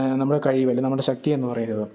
നമ്മുടെ കഴിവ് അല്ലേ നമ്മുടെ ശക്തി എന്നു പറയുന്നത്